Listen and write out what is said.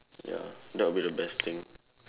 ya that would be the best thing